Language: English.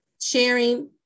sharing